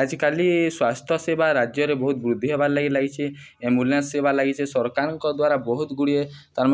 ଆଜିକାଲି ସ୍ୱାସ୍ଥ୍ୟ ସେବା ରାଜ୍ୟରେ ବହୁତ ବୃଦ୍ଧି ହେବାର୍ ଲାଗି ଲାଗିଛି ଏମ୍ବୁଲାନ୍ସ ସେବା ଲାଗିଚେ ସରକାରଙ୍କ ଦ୍ୱାରା ବହୁତ ଗୁଡ଼ିଏ ତାର୍ମ